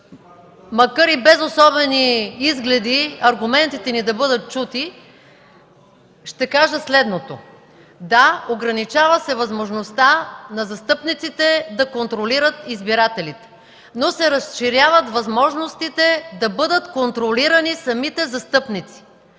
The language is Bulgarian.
Макар и без особени изгледи аргументите ни да бъдат чути, ще кажа следното: да, ограничава се възможността на застъпниците да контролират избирателите, но се разширяват възможностите да бъдат контролирани самите застъпници.